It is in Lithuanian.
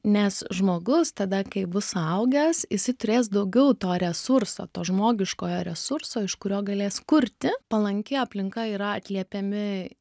nes žmogus tada kai bus suaugęs jisai turės daugiau to resurso to žmogiškojo resurso iš kurio galės kurti palanki aplinka yra atliepiami